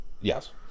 Yes